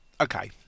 Okay